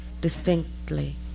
distinctly